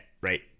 right